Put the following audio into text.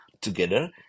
together